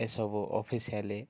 ଏସବୁ ଅଫିସିଆଲି